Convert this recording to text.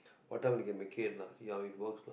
what time they can make it lah see how it works